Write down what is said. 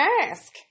ask